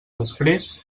després